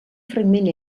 fragment